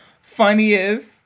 funniest